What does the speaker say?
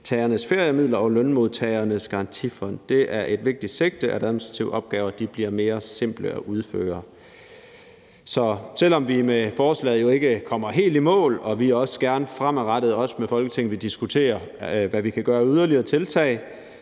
Lønmodtagernes Feriemidler og Lønmodtagernes Garantifond. Det er et vigtigt sigte, at administrative opgaver bliver mere simple at udføre. Så selv om vi med forslaget jo ikke kommer helt i mål og vi også gerne fremadrettet vil diskutere med Folketinget, hvad vi kan gøre af yderligere tiltag,